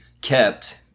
kept